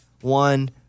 One